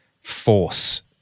force